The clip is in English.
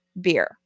beer